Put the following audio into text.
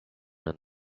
and